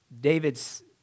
David's